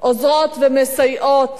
עוזרות ומסייעות